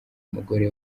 umugore